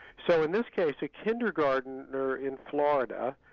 so in this case a kindergartener in florida,